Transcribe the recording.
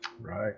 Right